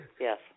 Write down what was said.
Yes